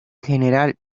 general